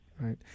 right